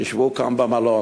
תשבו כאן, במלון.